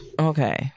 Okay